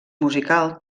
musical